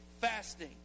fasting